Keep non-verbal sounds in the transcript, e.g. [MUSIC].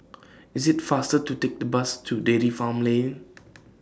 IS IT faster to Take The Bus to Dairy Farm Lane [NOISE]